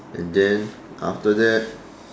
and then after that